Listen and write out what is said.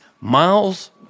miles